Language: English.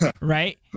Right